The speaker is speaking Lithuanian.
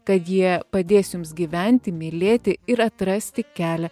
kad jie padės jums gyventi mylėti ir atrasti kelią